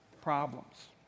problems